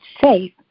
safe